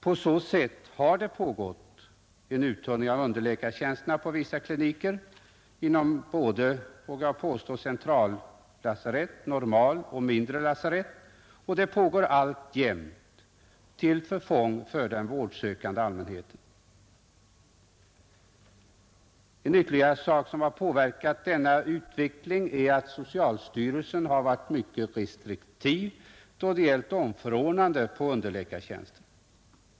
På det sättet har en uttunning av underläkarkadern pågått på vissa kliniker inom såväl centrallasarett som normallasarett och mindre lasarett, en uttunning som alltjämt fortsätter, till förfång för den vårdsökande allmänheten. En annan sak som har påverkat denna utveckling är att socialstyrelsen har varit mycket restriktiv då det gällt omförordnande på underläkartjänster.